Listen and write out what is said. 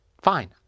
Fine